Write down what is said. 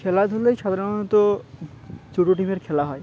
খেলাধুলোয় সাধারণত ছোট টিমের খেলা হয়